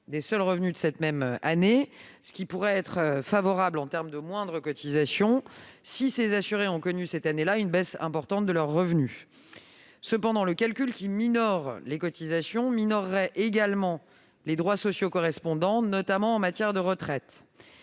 des seuls revenus de cette même année, ce qui pourrait être favorable en termes de moindre cotisation si ces assurés ont connu, cette année-là, une baisse importante de leurs revenus. Cependant, le calcul qui minore les cotisations minorerait également les droits sociaux correspondants, notamment en matière de retraite.